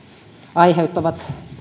aiheuttavat